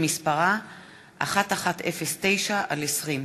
שמספרה פ/1109/20.